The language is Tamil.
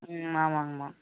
ம் ஆமாங்கமா